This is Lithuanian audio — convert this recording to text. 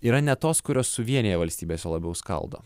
yra ne tos kurios suvienija valstybes o labiau skaldo